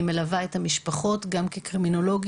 אני מלווה את המשפחות גם כקרימינולוגית,